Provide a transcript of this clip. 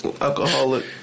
alcoholic